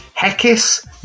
Hekis